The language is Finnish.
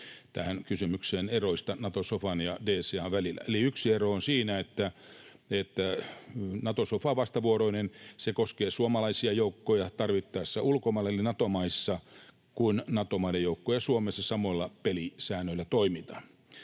tähän kysymykseen eroista Nato-sofan ja DCA:n välillä. Eli yksi ero on siinä, että Nato-sofa on vastavuoroinen. Se koskee suomalaisia joukkoja tarvittaessa ulkomailla eli Nato-maissa kuin myös Nato-maiden joukkoja Suomessa. Samoilla pelisäännöillä toimitaan.